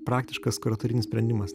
praktiškas kuratorinis sprendimas